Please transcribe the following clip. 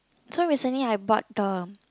so recently I bought the